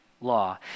law